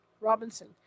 Robinson